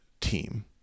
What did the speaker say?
team